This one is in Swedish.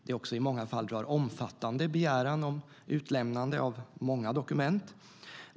I många fall är begäran om utlämnande av många dokument omfattande.